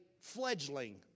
fledgling